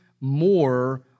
more